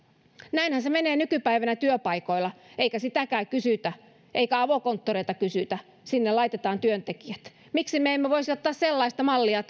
näinhän se menee nykypäivänä työpaikoilla eikä sitäkään kysytä eikä avokonttoreissa kysytä sinne laitetaan työntekijät miksi me emme voisi ottaa sellaista mallia